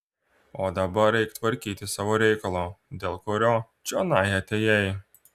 o dabar eik tvarkyti savo reikalo dėl kurio čionai atėjai